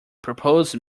proposed